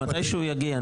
מתי שהוא יגיע,